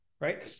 right